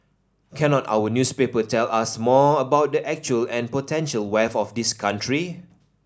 cannot our newspaper tell us more of the actual and potential wealth of this country